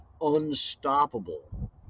unstoppable